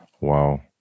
Wow